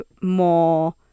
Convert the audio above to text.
more